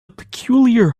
peculiar